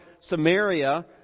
Samaria